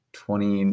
twenty